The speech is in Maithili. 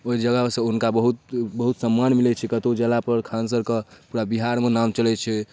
ओहि वजहसँ ओ बहुत हुनका बहुत सम्मान मिलै छै कतहु जएलापर खान सरके पूरा बिहारमे नाम चलै छै